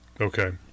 Okay